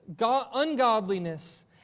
ungodliness